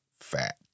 fat